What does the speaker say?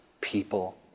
people